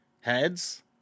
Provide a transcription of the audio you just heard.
Heads